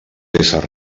ésser